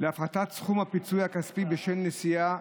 להפחתת סכום הפיצוי הכספי בשל נסיעה